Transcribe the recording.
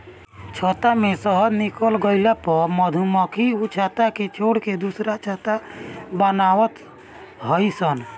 छत्ता में से शहद निकल गइला पअ मधुमक्खी उ छत्ता के छोड़ के दुसर छत्ता बनवत हई सन